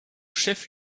chef